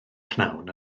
pnawn